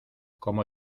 como